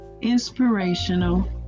inspirational